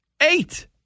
Eight